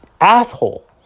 asshole